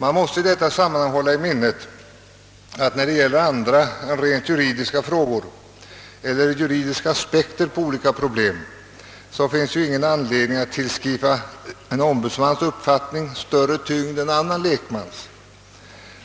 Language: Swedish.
Man måste i detta sammanhang hålla i minnet att det när det gäller andra än rent juridiska frågor eller juridiska aspekter på olika problem inte finns någon anledning att tillskriva en ombudsmans uppfattning större tyngd än en lekmans,